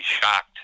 shocked